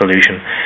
solution